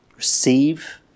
Receive